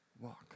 Walk